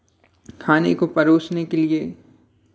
खाने को परोसने के लिये